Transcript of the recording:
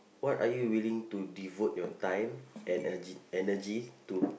what are you willing to devote your time and e~ energy to